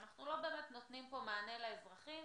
אנחנו לא באמת נותנים פה מענה לאזרחים